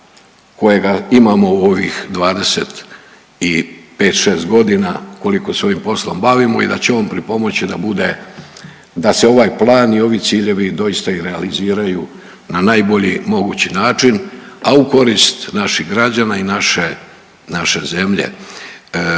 kojega imamo u ovih 20 i pet, šest godina koliko se ovim poslom bavimo i da će on pripomoći da bude, da se ovaj plan i ovi ciljevi doista i realiziraju na najbolji mogući način a u korist naših građana i naše zemlje.